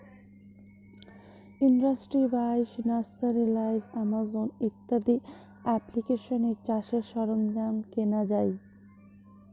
industry বাইশ, nursery live, Amazon ইত্যাদি এপ্লিকেশানে চাষের সরঞ্জাম কেনা যাই